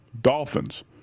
Dolphins